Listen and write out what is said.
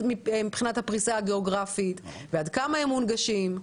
מבחינת הפריסה הגיאוגרפית ועד כמה הן מונגשות.